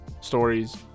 stories